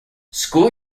school